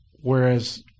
whereas